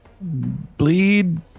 bleed